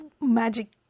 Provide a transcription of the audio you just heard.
magic